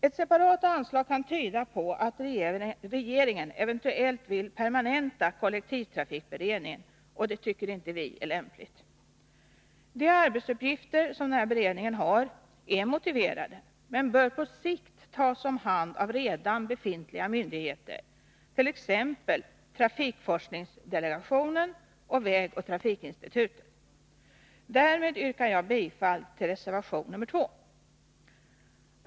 Ett separat anslag kan tyda på att regeringen eventuellt vill permanenta kollektivtrafikberedningen, och det tycker inte vi är lämpligt. De arbetsuppgifter som denna beredning har är motiverade men bör på sikt tas om hand av redan befintliga myndigheter, t.ex. trafikforskningsdelegationen och vägoch trafikinstitutet. Därmed yrkar jag bifall till reservation 2.